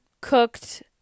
cooked